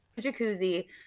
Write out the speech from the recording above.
jacuzzi